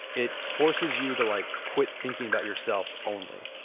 it forces you to like quit thinking about yourself only.